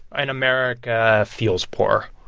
and america feels poor.